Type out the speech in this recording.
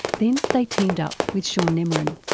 then they teamed up with shaun nemorin.